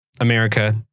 America